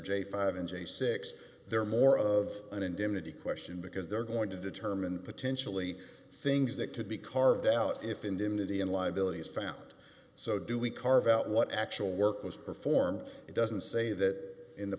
j five and a six there are more of an indemnity question because they're going to determine potentially things that could be carved out if indemnity and liability is found so do we carve out what actual work was performed it doesn't say that in the